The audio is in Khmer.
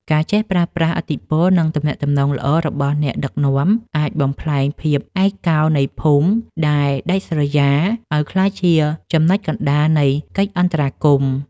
ការចេះប្រើប្រាស់ឥទ្ធិពល និងទំនាក់ទំនងល្អរបស់អ្នកដឹកនាំ អាចបំប្លែងភាពឯកោនៃភូមិដែលដាច់ស្រយាលឱ្យក្លាយជាចំណុចកណ្ដាលនៃកិច្ចអន្តរាគមន៍។